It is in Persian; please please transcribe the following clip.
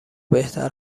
بهتر